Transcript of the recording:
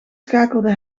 schakelde